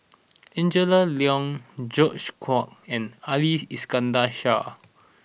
Angela Liong George Quek and Ali Iskandar Shah